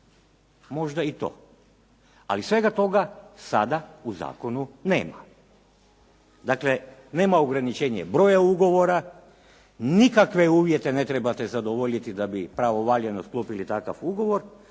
Možda i to. Ali svega toga u zakonu sada nema. Dakle, nema ograničenje broja ugovora, nikakve uvjete ne trebate zadovoljiti da bi pravovaljano sklopili takav ugovor,